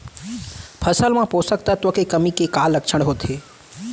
फसल मा पोसक तत्व के कमी के का लक्षण होथे?